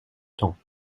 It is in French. temps